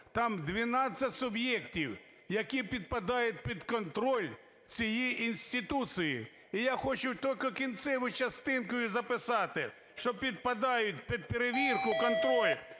суб'єктів, які підпадають під контроль цієї інституції. І я хочу тільки кінцеву частинку її зачитати, що "підпадають під перевірку, контроль